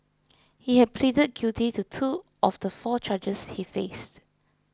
he had pleaded guilty to two of the four charges he faced